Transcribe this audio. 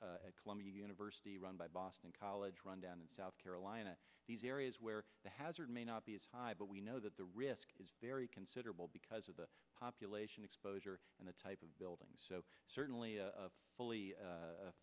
lamont columbia university run by boston college run down in south carolina these areas where the hazard may not be as high but we know that the risk is very considerable because of the population exposure and the type of buildings so certainly a fully